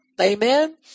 Amen